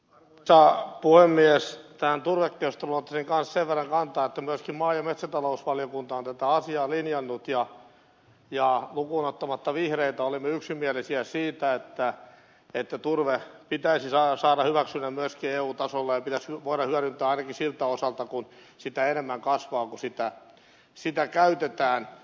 tähän turvekeskusteluun ottaisin kanssa sen verran kantaa että myöskin maa ja metsätalousvaliokunta on tätä asiaa linjannut ja lukuun ottamatta vihreitä olimme yksimielisiä siitä että turpeen pitäisi saada hyväksyntä myöskin eu tasolle ja sitä pitäisi voida hyödyntää ainakin siltä osalta kuin sitä enemmän kasvaa kuin sitä käytetään